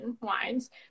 wines